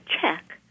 check